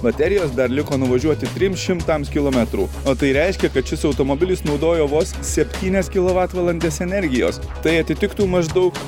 baterijos dar liko nuvažiuoti trims šimtams kilometrų o tai reiškia kad šis automobilis naudojo vos septynias kilovatvalandes energijos tai atitiktų maždaug